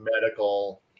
medical